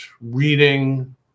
reading